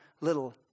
little